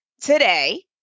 today